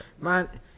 Man